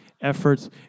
efforts